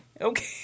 Okay